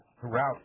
throughout